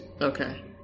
Okay